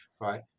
right